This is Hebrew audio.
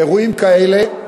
אירועים כאלה,